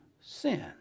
sin